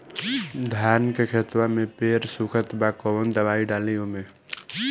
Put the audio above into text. धान के खेतवा मे पेड़ सुखत बा कवन दवाई डाली ओमे?